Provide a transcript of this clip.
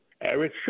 Eric